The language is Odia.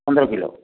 ପନ୍ଦର କିଲୋ